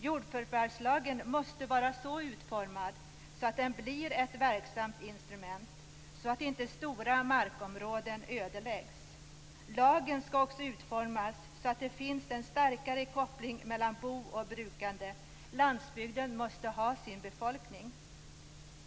Jordförvärvslagen måste vara så utformad att den blir ett verksamt instrument så att inte stora markområden ödeläggs. Lagen skall också utformas så att det finns en starkare koppling mellan boende och brukande. Landsbygden måste ha sin befolkning.